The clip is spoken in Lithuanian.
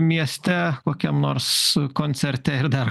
mieste kokiam nors koncerte ir dar